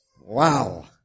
Wow